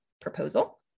proposal